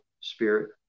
spirit